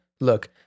look